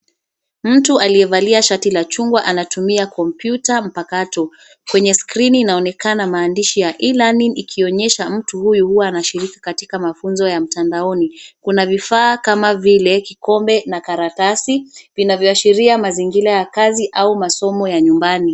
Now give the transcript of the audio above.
Mtu aliyevalia shati la chungwa anatumia kompyuta mpakato. Kwenye skrini inaonekana maandishi ya e-learning ikionyesha mtu huyu huwa anashiriki katika mafunzo ya mtandaoni. Kuna vifaa kama vile kikombe na karatasi vinavyoashiria mazingira ya kazi au masomo ya nyumbani.